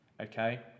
okay